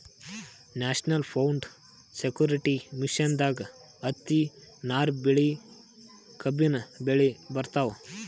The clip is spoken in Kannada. ನ್ಯಾಷನಲ್ ಫುಡ್ ಸೆಕ್ಯೂರಿಟಿ ಮಿಷನ್ದಾಗ್ ಹತ್ತಿ, ನಾರ್ ಬೆಳಿ, ಕಬ್ಬಿನ್ ಬೆಳಿ ಬರ್ತವ್